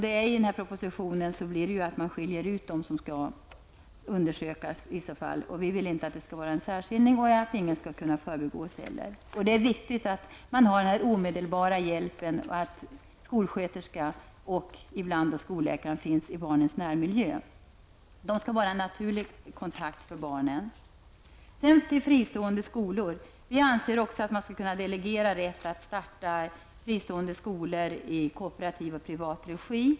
Enligt propositionens förslag kommer man att skilja ut dem som skall undersökas. Vi vill inte att det skall vara någon särskiljning och inte heller att någon skall kunna förbigås. Det är viktigt att man har denna omedelbara hjälp och att skolsköterska och ibland även skolläkare finns i barnens närmiljö. De skall vara en naturlig kontakt för barnen. Jag vill säga några ord om fristående skolor. Vi anser också att man skall kunna delegera rätt att starta fristående skolor i kooperativ och privat regi.